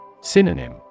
Synonym